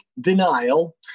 denial